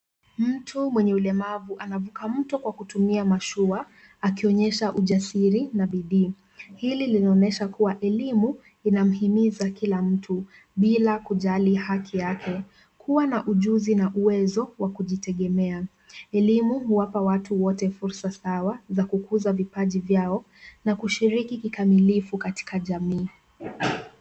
Mtu mwenye ulemavu anavuka mto kwa kutumia mashua akionyesha ujasiri na bidii. Hili linaonesha kuwa elimu inamhimiza kila mtu. Bila kujali haki yake, kuwa na ujuzi na uwezo wa kujitegemea. Elimu huwapa watu wote fursa sawa za kukuza vipaji vyao na kushiriki kikamilifu katika jamii.